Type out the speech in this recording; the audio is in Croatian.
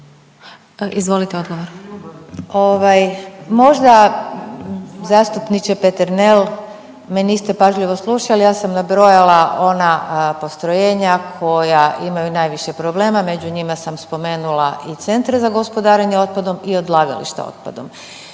(Možemo!)** Možda zastupniče Peternel me niste pažljivo slušali. Ja sam nabrojala ona postrojenja koja imaju najviše problema. Među njima sam spomenula i centre za gospodarenje otpadom i odlagališta otpadom.